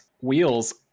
wheels